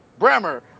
Brammer